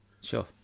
Sure